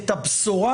במשטרה.